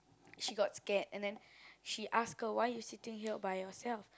she got scared and then she ask her why you sitting here by yourself